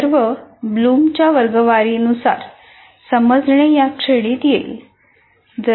हे सर्व समजणे या श्रेणीत येईल